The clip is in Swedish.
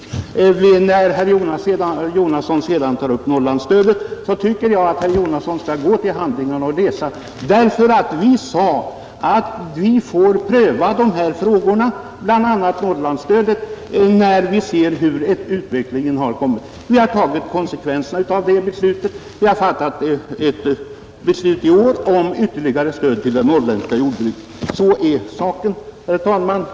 När herr Jonasson sedan tar upp Norrlandsstödet tycker jag att herr Jonasson skall gå tillbaka till handlingarna, Vi har nämligen tidigare sagt att vi får pröva dessa frågor, bl.a. Norrlandsstödet, när vi ser vart utvecklingen går. Vi har tagit konsekvenserna av detta uttalande och i år fattat beslut om ytterligare stöd till det norrländska jordbruket. Så ligger saken till, herr talman.